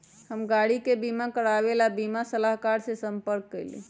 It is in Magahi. हम गाड़ी के बीमा करवावे ला बीमा सलाहकर से संपर्क कइली